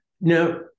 Now